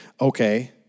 okay